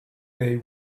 they